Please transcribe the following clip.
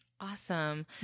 Awesome